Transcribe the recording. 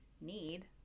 need